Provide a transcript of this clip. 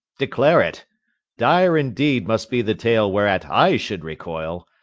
declare it dire indeed must be the tale whereat i should recoil.